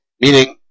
Meaning